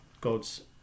God's